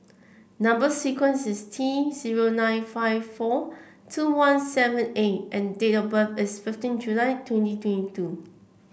number sequence is T zero nine five four two one seven A and date of birth is fifteen July twenty twenty two